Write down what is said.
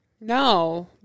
No